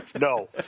No